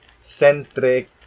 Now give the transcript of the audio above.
centric